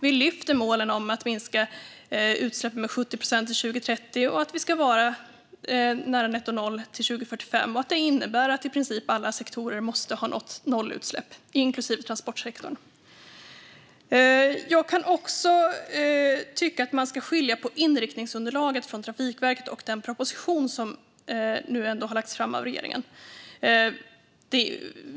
Vi lyfter fram målen om att minska utsläppen med 70 procent till 2030 och att vi ska vara nära nettonoll till 2045 samt att detta innebär att i princip alla sektorer, inklusive transportsektorn, måste ha nått nollutsläpp. Jag tycker också att man ska skilja på inriktningsunderlaget från Trafikverket och den proposition som nu har lagts fram av regeringen.